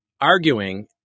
arguing